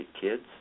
kids